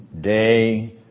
day